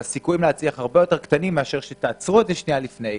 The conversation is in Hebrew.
והסיכויים להצליח הרבה יותר קטנים מאשר שתעצרו את זה שנייה לפני,